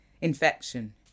Infection